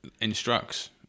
instructs